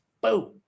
Boom